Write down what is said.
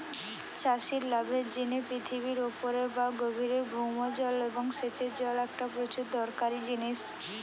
চাষির লাভের জিনে পৃথিবীর উপরের বা গভীরের ভৌম জল এবং সেচের জল একটা প্রচুর দরকারি জিনিস